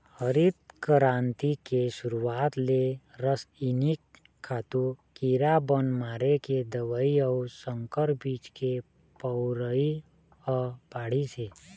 हरित करांति के सुरूवात ले रसइनिक खातू, कीरा बन मारे के दवई अउ संकर बीज के बउरई ह बाढ़िस हे